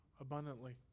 abundantly